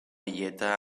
illeta